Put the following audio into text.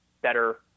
better